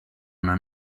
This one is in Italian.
una